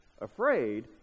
afraid